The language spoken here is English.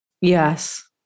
Yes